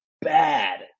bad